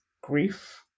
grief